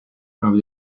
prove